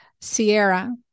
Sierra